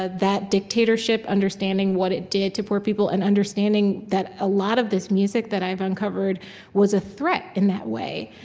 that that dictatorship understanding what it did to poor people and understanding that a lot of this music that i've uncovered was a threat, in that way